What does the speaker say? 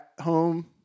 home